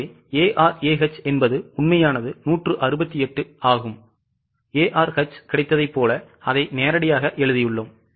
ஆகவே ARAH என்பது உண்மையானது 168 ஆகும் ARH கிடைத்ததைப் போல அதை நேரடியாக எழுதியுள்ளோம்